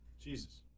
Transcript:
Jesus